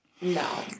No